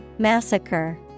Massacre